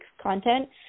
content